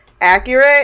accurate